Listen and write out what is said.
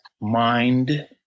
mind